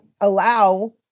allow